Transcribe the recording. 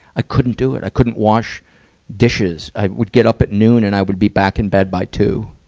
i couldn't do it. i couldn't wash dishes. i would get up at noon and i would be back in bed by two.